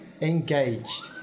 engaged